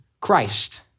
Christ